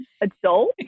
adult